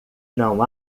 não